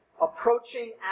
approaching